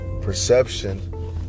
perception